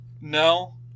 No